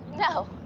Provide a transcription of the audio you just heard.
no.